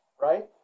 right